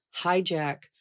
hijack